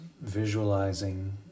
visualizing